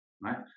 Right